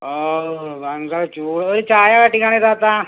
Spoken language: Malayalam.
ആ വാങ്ങാം ഒരു ചായ അടിക്കണേനപ്പ